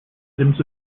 items